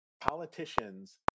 politicians